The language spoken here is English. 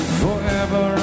forever